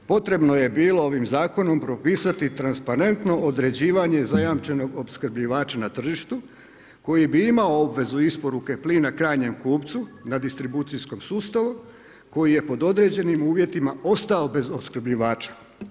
Potrebno je bilo ovim zakonom propisati transparentno određivanje zajamčenog opskrbljivača na tržištu, koji bi imao obveze isporuke plina krajnjem kupcu na distribucijskom sustavu koji je pod određenim uvjetima ostao bez opskrbljivača.